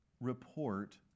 report